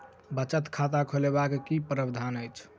बचत खाता खोलेबाक की प्रावधान अछि?